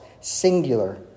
singular